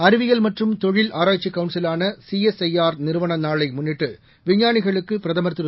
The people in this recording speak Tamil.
அறிவியல் மற்றும் தொழில் ஆராய்ச்சிக் கவுன்சிலான சிஎஸ்ஐஆர் நிறுவன நாளை முன்னிட்டு விஞ்ஞானிகளுக்கு பிரதமர் திரு